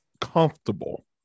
comfortable